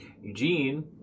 Eugene